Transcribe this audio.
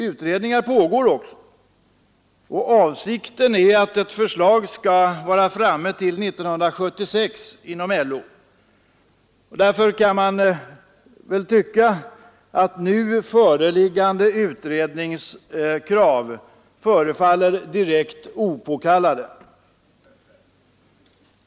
Utredningar pågår också, och avsikten är att eti förslag skall vara utarbetat inom LO till 1976. Därför kan man tycka att nu föreliggande utredningskrav förefaller direkt opåkallade.